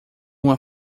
uma